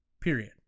period